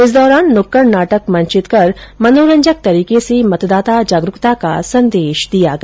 इस दौरान नुक्कड नाटक मंचित कर मनोरंजक तरीके से मतदाता जागरूकता का संदेश दिया गया